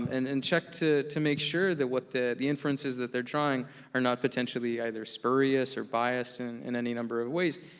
and and check to to make sure that what the the inferences that they're drawing are not potentially either spurious or biased and in any number of ways.